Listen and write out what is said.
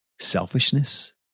selfishness